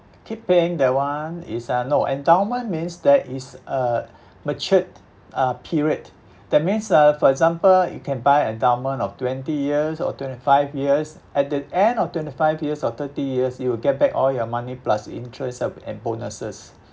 keeping that one is uh no endowment means there is uh matured uh period that means ah for example you can buy endowment of twenty years or twenty five years at the end of twenty five years or thirty years you will get back all your money plus interest of and bonuses